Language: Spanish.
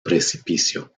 precipicio